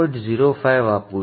05 આપું છું